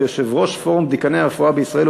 ויושב-ראש פורום דיקני הרפואה בישראל,